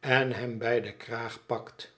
en hem bij den kraag pakt